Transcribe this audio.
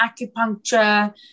acupuncture